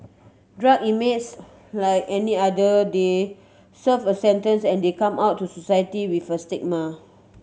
drug inmates like any other they serve a sentence and they come out to society with a stigma